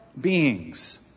beings